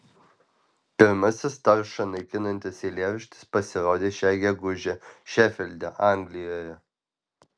pirmasis taršą naikinantis eilėraštis pasirodė šią gegužę šefilde anglijoje